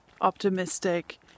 optimistic